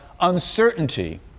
uncertainty